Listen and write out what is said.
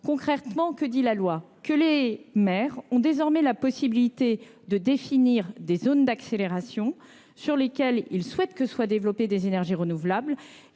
Concrètement, la loi précise que les maires ont désormais la possibilité de définir des zones d’accélération, dans lesquelles ils souhaitent que soient développées des énergies renouvelables,